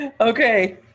Okay